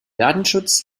datenschutz